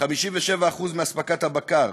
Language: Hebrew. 57% מאספקת הבקר,